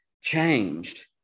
changed